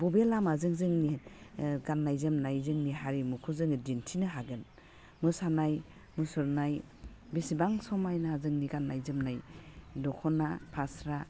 बबे लामाजों जोंनि गान्नाय जोमनाय जोंनि हारिमुखौ जोङो दिन्थिनो हागोन मोसानाय मुसुरनाय बेसेबां समायना जोंनि गान्नाय जोमनाय दख'ना फास्रा